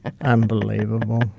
Unbelievable